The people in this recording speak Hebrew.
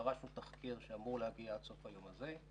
דרשנו תחקיר שאמור להגיע עד סוף היום הזה.